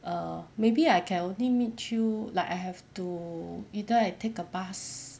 err maybe I can only meet you like I have to either I take a bus